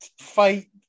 fight